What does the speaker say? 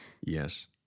Yes